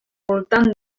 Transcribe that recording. voltant